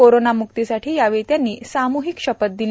कोरोनामुक्तीसाठी यावेळी त्यांनी साम्हिक शपथ दिली